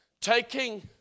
Taking